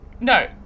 no